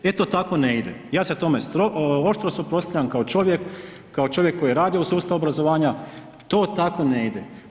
E to tako ne ide, ja se tome oštro suprotstavljam kao čovjek, kao čovjek koji je radio u sustavu obrazovanja, to tako ne ide.